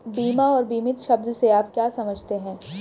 बीमा और बीमित शब्द से आप क्या समझते हैं?